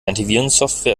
antivirensoftware